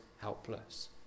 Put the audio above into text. helpless